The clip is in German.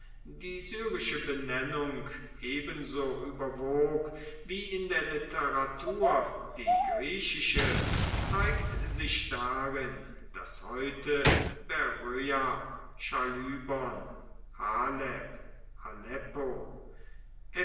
die syrische benennung ebenso überwog wie in der literatur die griechische zeigt sich darin daß heute beroea chalybon